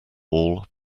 all